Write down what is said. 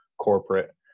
corporate